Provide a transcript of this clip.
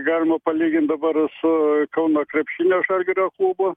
galima palygint dabar su kauno krepšinio žalgirio klubu